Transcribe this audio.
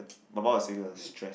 the mum was single stress